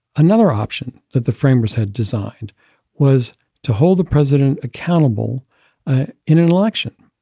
another option that the framers had designed was to hold the president accountable in an election.